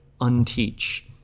unteach